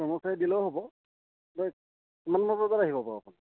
কৰ্মচাৰীয়ে দিলেও হ'ব কিমানমান বজাত আহিব বাৰু আপুনি